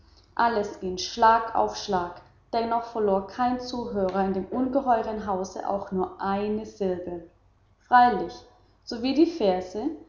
alles ging schlag auf schlag dennoch verlor kein zuhörer in dem ungeheuren hause nur eine silbe freilich sowie die